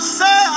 say